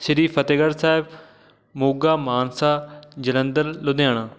Shri Fatehgarh Sahib Moga Mansa Jalandhar Ludhiana